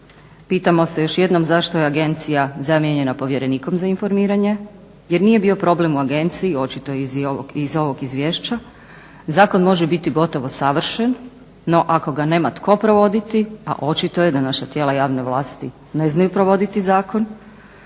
Pitamo se još jednom zašto je agencija zamijenjena povjerenikom za informiranje? Jer nije bio problem u agenciji, očito je i iz ovog izvješća, zakon može biti gotovo savršen no ako ga nema tko provoditi a očito je da naša tijela javne vlasti ne znaju provoditi zakon